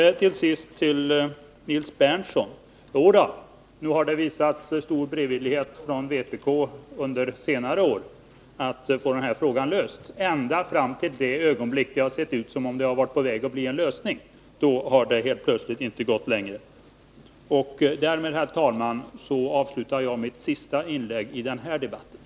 Till sist till Nils Berndtson: Jo då, nog har det visats stor beredvillighet från vpk under senare år när det gällt att få frågan om partiets utskottsrepresen 125 tation löst — ända fram till det ögonblick då det har sett ut som om en lösning varit på väg. Då har det helt plötsligt inte gått längre. Därmed, herr talman, avslutar jag mitt sista inlägg i den här debatten.